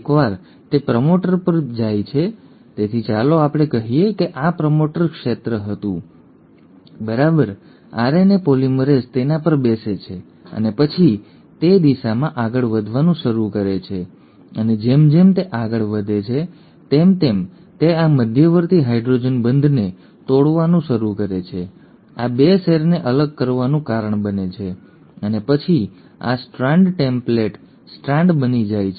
એકવાર તે પ્રમોટર પર બેસે છે તેથી ચાલો આપણે કહીએ કે આ પ્રમોટર ક્ષેત્ર હતું બરાબર આરએનએ પોલિમરેઝ તેના પર બેસે છે અને પછી તે તે દિશામાં આગળ વધવાનું શરૂ કરે છે અને જેમ જેમ તે આગળ વધે છે તેમ તેમ તે આ મધ્યવર્તી હાઇડ્રોજન બંધને તોડવાનું શરૂ કરે છે આ 2 સેરને અલગ કરવાનું કારણ બને છે અને પછી આ સ્ટ્રાન્ડ ટેમ્પલેટ સ્ટ્રાન્ડ બની જાય છે